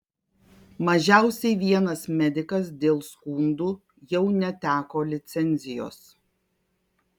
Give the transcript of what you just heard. mažiausiai vienas medikas dėl skundų jau neteko licencijos